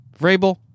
Vrabel